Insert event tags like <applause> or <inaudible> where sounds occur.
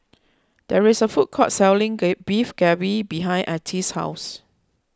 there is a food court selling <unintelligible> Beef Galbi behind Ettie's house